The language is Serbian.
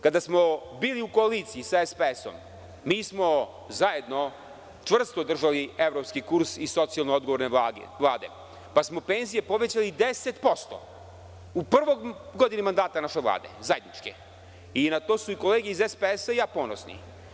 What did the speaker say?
Kada smo bili u koaliciji sa SPS zajedno smo čvrsto držali evropski kurs i socijalno odgovornu vladu pa smo penzije povećali 10% u prvoj godini mandata naše Vlade i na to su i kolege iz SPS i ja ponosni.